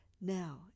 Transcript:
now